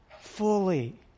fully